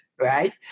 right